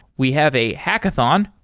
we have a hackathon.